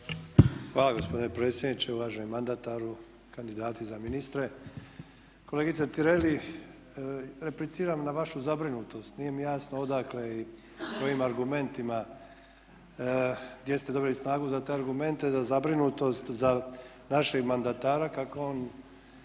Hvala gospodine predsjedniče, uvaženi mandataru, kandidati za ministre. Kolegice Tireli repliciram na vašu zabrinutost. Nije mi jasno odakle i s kojim argumentima, gdje ste dobili snagu za te argumente za zabrinutost za našeg mandatara kako on